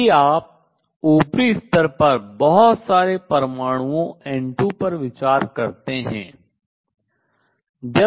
यदि आप ऊपरी स्तर पर बहुत सारे परमाणुओं N2 पर विचार करते हैं